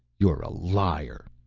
you're a liar!